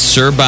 Sir